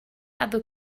other